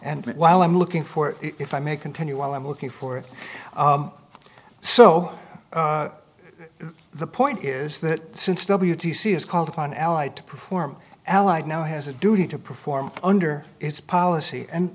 and while i'm looking for it if i may continue while i'm looking for it so the point is that since w t c is called upon allied to perform allied now has a duty to perform under its policy and